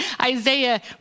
Isaiah